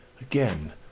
Again